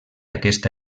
aquesta